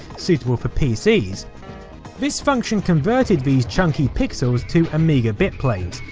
suitable for pcs this function converted these chunky pixels to amiga bitplanes,